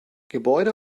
gebäude